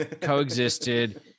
coexisted